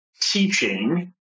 teaching